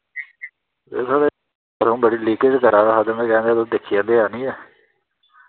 एह् सर बड़ी लीकेज करा दा हा ते मैं केहा तुस दिक्खी आंदे आह्नियै